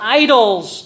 idols